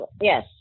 yes